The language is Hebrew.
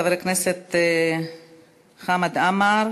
חבר הכנסת חמד עמאר,